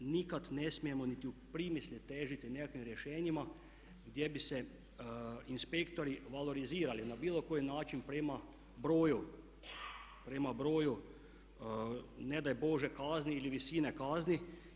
Nikad ne smijemo niti u primisli težiti nekakvim rješenjima gdje bi se inspektori valorizirali na bilo koji način prema broju, ne daj Bože, kazni ili visine kazni.